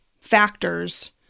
factors